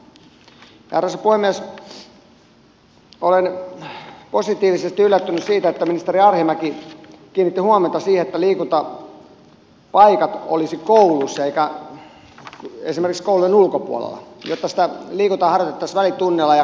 olen positiivisesti yllättynyt siitä että ministeri arhinmäki kiinnitti huomiota siihen että liikuntapaikat olisivat kouluissa eivätkä esimerkiksi koulujen ulkopuolella jotta sitä liikuntaa harjoitettaisiin välitunneilla ja koulujen jälkeen